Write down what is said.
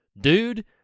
Dude